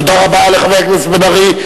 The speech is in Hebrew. תודה רבה לחבר הכנסת בן-ארי.